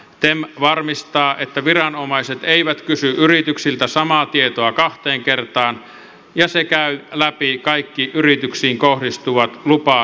tem varmistaa että viranomaiset eivät kysy yrityksiltä samaa tietoa kahteen kertaan ja se käy läpi kaikki yrityksiin kohdistuvat lupa ja ilmoitusvelvoitteet